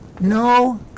No